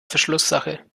verschlusssache